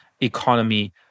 economy